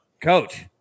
Coach